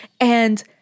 And-